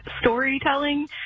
storytelling